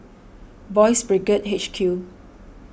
Boys' Brigade H Q